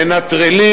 מנטרלים